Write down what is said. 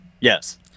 Yes